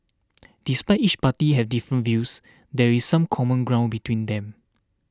despite each party having different views there is some common ground between them